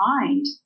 mind